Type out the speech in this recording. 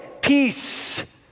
peace